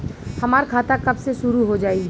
हमार खाता कब से शूरू हो जाई?